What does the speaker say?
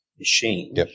machine